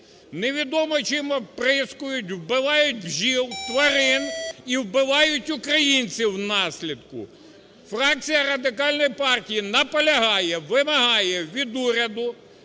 невідомо чим обприскують, вбивають бджіл, тварин і вбивають українців внаслідок. Фракція Радикальної партії наполягає, вимагає від уряду,